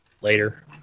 later